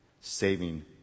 Saving